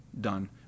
done